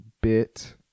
bit